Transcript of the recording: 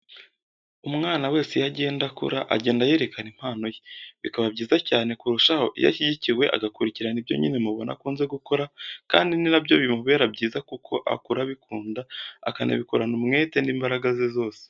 Umwana wese iyo agenda akura agenda yerekana impano ye, bikaba byiza cyane kurushaho iyo ashyigikiwe agakurikirana ibyo nyine mu bona akunze gukora kandi ni nabyo bimubera byiza kuko akura abikunda akanabikorana umwete n'imbaraga ze zose.